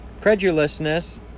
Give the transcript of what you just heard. Credulousness